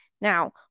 Now